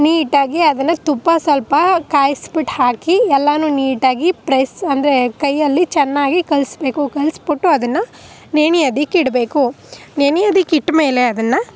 ನೀಟಾಗಿ ಅದನ್ನು ತುಪ್ಪ ಸ್ವಲ್ಪ ಕಾಯ್ಸಿ ಬಿಟ್ಟು ಹಾಕಿ ಎಲ್ಲನೂ ನೀಟಾಗಿ ಪ್ರೆಸ್ ಅಂದರೆ ಕೈಯ್ಯಲ್ಲಿ ಚೆನ್ನಾಗಿ ಕಲಸ್ಬೇಕು ಕಲಸ್ಬಿಟ್ಟು ಅದನ್ನು ನೆನೆಯೋದಕ್ಕೆ ಇಡಬೇಕು ನೆನೆಯೋದಕ್ಕೆ ಇಟ್ಟಮೇಲೆ ಅದನ್ನು